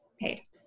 paid